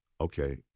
okay